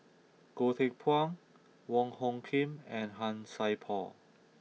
Goh Teck Phuan Wong Hung Khim and Han Sai Por